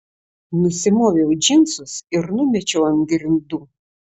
nusimoviau džinsus ir numečiau ant grindų